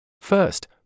First